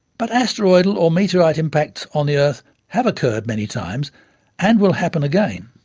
but asteroidal or meteoritic impacts on the earth have occurred many times and will happen again.